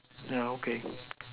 yeah okay